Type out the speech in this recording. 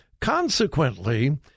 consequently